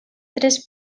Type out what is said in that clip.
tres